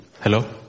Hello